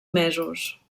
mesos